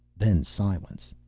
then silence.